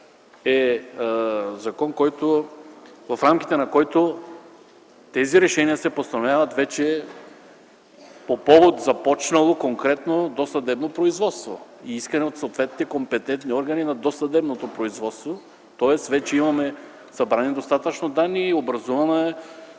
е закон, в рамките на който тези решения се постановяват по повод започнало конкретно досъдебно производство и искане от съответните компетентни органи на досъдебното производство. Тоест вече имаме събрани достатъчно данни, образувано